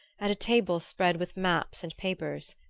at a table spread with maps and papers.